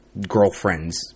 girlfriends